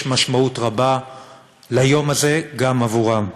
יש משמעות רבה ליום הזה גם עבורם.